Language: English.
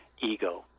ego